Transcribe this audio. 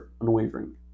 unwavering